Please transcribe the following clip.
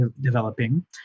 developing